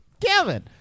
Kevin